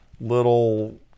little